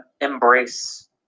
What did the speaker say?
embrace